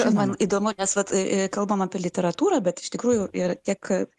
man įdomu nes vat kalbam apie literatūrą bet iš tikrųjų ir tiek